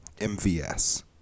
MVS